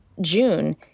June